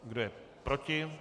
Kdo je proti?